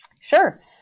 Sure